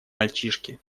мальчишке